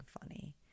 funny